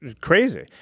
crazy